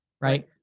right